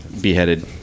beheaded